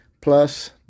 plus